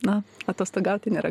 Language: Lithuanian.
na atostogauti nėra